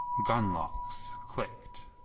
gun locks clicked.